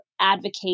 advocate